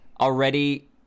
already